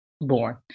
born